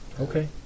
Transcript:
Okay